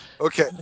Okay